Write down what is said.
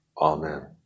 Amen